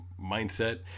mindset